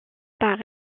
par